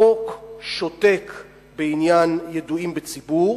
החוק שותק בעניין ידועים בציבור,